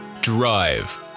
Drive